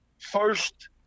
first